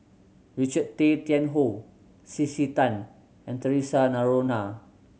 Richard Tay Tian Hoe C C Tan and Theresa Noronha